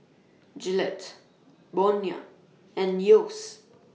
Gillette Bonia and Yeo's